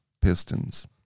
Pistons